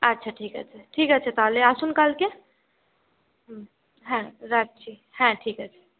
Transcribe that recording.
আচ্ছা ঠিক আছে ঠিক আছে তাহলে আসুন কালকে হুম হ্যাঁ রাখছি হ্যাঁ ঠিক আছে